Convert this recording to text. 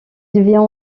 devient